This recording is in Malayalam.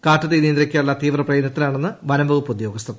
കാട്ടു തീ നിയന്ത്രിക്കാനുള്ള തീവ്ര പ്രയത്നത്തിലാണെന്ന് വനം വകുപ്പ് ഉദ്യോഗസ്ഥർ